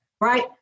right